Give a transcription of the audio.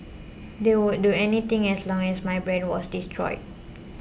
they would do anything as long as my brand was destroyed